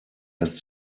lässt